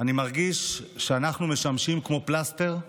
אני מרגיש שאנחנו משמשים כפלסטר,